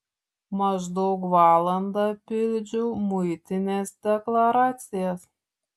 maždaug valandą pildžiau muitinės deklaracijas